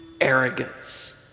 arrogance